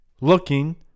looking